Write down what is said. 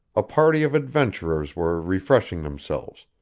a party of adventurers were refreshing themselves,